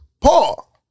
Paul